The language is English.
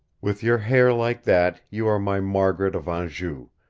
with your hair like that you are my margaret of anjou,